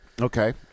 Okay